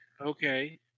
okay